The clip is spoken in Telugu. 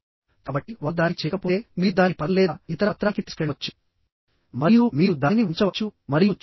కాబట్టి వారు దానిని చేయకపోతే మీరు దానిని పదం లేదా ఇతర పత్రానికి తీసుకెళ్లవచ్చు మరియు మీరు దానిని ఉంచవచ్చు మరియు చూడవచ్చు